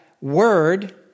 word